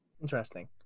interesting